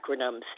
acronyms